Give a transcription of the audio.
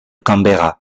canberra